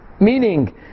meaning